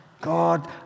God